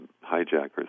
hijackers